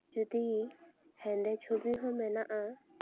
ᱡᱩᱫᱤ ᱦᱮᱸᱫᱮ ᱪᱷᱚᱵᱤ ᱦᱚᱸ ᱢᱮᱱᱟᱜᱼᱟ